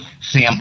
Sam